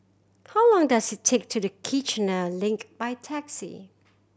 how long does it take to the Kiichener Link by taxi